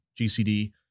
GCD